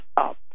up